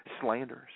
Slanders